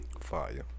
Fire